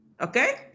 Okay